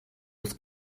was